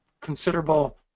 considerable